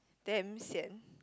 damn sian